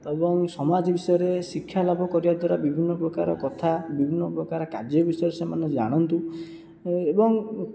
ଏବଂ ସମାଜ ବିଷୟରେ ଶିକ୍ଷା ଲାଭ କରିବା ଦ୍ଵାରା ବିଭିନ୍ନ ପ୍ରକାର କଥା ବିଭିନ୍ନ ପ୍ରକାର କାର୍ଯ୍ୟ ବିଷୟରେ ସେମାନେ ଜାଣନ୍ତୁ ଏବଂ